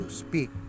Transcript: speak